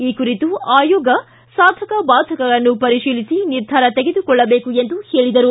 ಈ ಕುರಿತು ಆಯೋಗ ಸಾಧಕ ಬಾಧಕಗಳನ್ನು ಪರಿಶೀಲಿಸಿ ನಿರ್ಧಾರ ತೆಗೆದುಕೊಳ್ಳಬೇಕು ಎಂದು ಹೇಳಿದರು